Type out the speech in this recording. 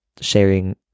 sharing